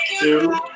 two